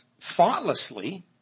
Thoughtlessly